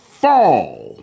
fall